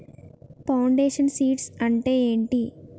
Foundation seeds అంటే ఏంటి?